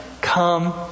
come